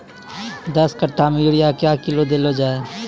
दस कट्ठा मे यूरिया क्या किलो देलो जाय?